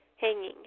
Hanging